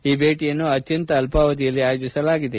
ಈ ಭೇಟಿಯನ್ನು ಅತ್ಯಂತ ಅಲ್ವಾವಧಿಯಲ್ಲಿ ಆಯೋಜಿಸಲಾಗಿದೆ